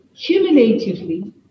cumulatively